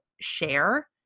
share